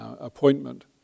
appointment